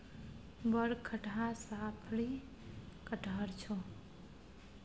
बड़ खटहा साफरी कटहड़ छौ